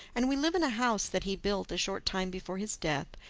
and we live in a house that he built a short time before his death,